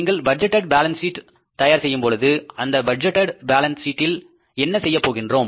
நீங்கள் budgeted balance sheet தயார் செய்யும்பொழுது அந்த பட்ஜெட்டேட் பாலன்ஸ் சீட்டில் என்ன செய்யப் போகின்றோம்